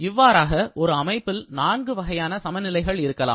இவ்வாறாக ஒரு அமைப்பில் நான்கு வகையான சமநிலைகள் இருக்கலாம்